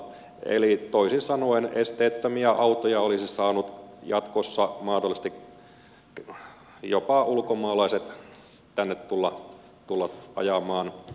eli toisin sanoen esteettömiä autoja olisivat saaneet jatkossa mahdollisesti jopa ulkomaalaiset tänne tulla ajamaan